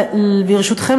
ברשותכם,